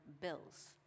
bills